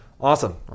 awesome